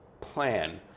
plan